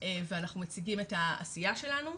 ואנחנו מציגים את העשייה שלנו.